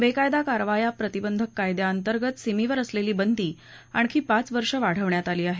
बेकायदा कारवाया प्रतिबंधक कायद्याअंतर्गत सिमीवर असलेली बंदी आणखी पाच वर्ष वाढवण्यात आली आहे